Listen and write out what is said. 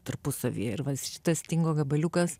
tarpusavyje ir va šitas stingo gabaliukas